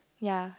ya